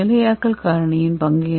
நிலையாக்கல் காரணியின் பங்கு என்ன